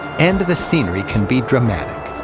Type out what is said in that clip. and the scenery can be dramatic.